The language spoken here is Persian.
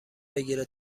بگیره